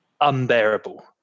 Unbearable